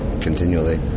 continually